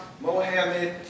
Mohammed